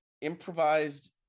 improvised